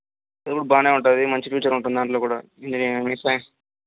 బాగానే ఉంటుంది మంచి ఫ్యూచర్ ఉంటుంది దాంట్లో కూడా